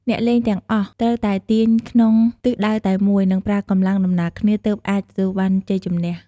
អ្នកលេងទាំងអស់ត្រូវតែទាញក្នុងទិសដៅតែមួយ និងប្រើកម្លាំងដំណាលគ្នា ទើបអាចទទួលបានជ័យជម្នះ។